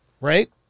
Right